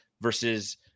versus